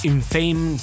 Infame